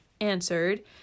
answered